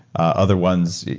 other ones,